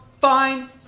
fine